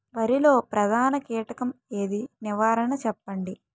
వరిలో ప్రధాన కీటకం ఏది? నివారణ చెప్పండి?